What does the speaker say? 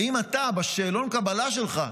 האם אתה, בשאלון קבלה שלך,